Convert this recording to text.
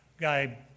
Guy